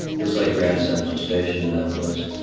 it was like grand central station in that place